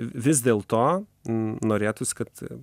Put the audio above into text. vis dėl to norėtųsi kad